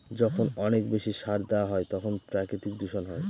যখন অনেক বেশি সার দেওয়া হয় তখন প্রাকৃতিক দূষণ হয়